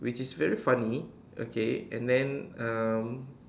which is very funny okay and then um